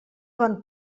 bon